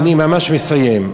אני ממש מסיים.